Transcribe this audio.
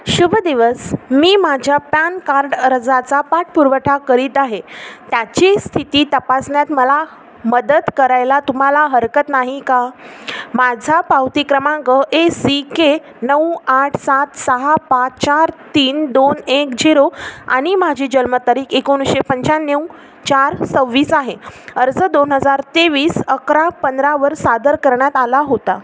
शुभ दिवस मी माझ्या पॅन कार्ड अर्जाचा पाठपुरवठा करीत आहे त्याची स्थिती तपासण्यात मला मदत करायला तुम्हाला हरकत नाही का माझा पावती क्रमांक ए सी के नऊ आठ सात सहा पाच चार तीन दोन एक झिरो आणि माझी जन्मतारीख एकोणीसशे पंचाण्णव चार सव्वीस आहे अर्ज दोन हजार तेवीस अकरा पंधरावर सादर करण्यात आला होता